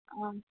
आम्